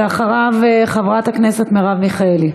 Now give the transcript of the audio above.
ואחריו, חברת הכנסת מרב מיכאלי,